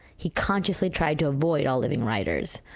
he consciously tried to avoid all living writers.